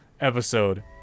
episode